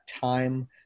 time